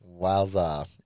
Wowza